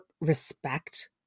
respect